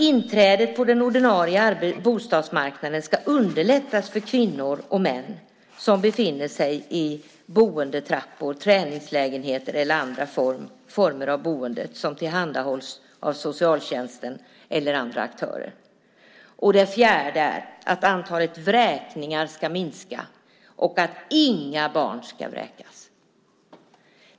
Inträdet på den ordinarie bostadsmarknaden ska underlättas för kvinnor och män som befinner sig i boendetrappor, träningslägenheter eller andra former av boende som tillhandahålls av socialtjänsten eller andra aktörer. Antalet vräkningar ska också minska, och inga barn ska vräkas.